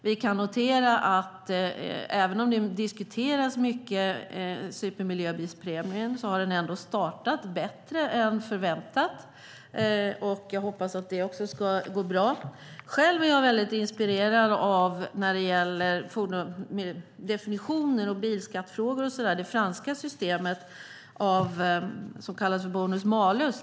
Vi kan notera att även om supermiljöbilspremien diskuteras mycket har den ändå startat bättre än förväntat. Jag hoppas att det också ska gå bra. När det gäller definitioner, bilskattefrågor och så vidare är jag mycket inspirerad av det franska systemet som kallas bonus-malus.